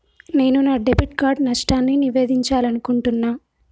నేను నా debit card నష్టాన్ని నివేదించాలనుకుంటున్నా